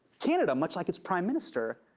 canada, much like its prime minister,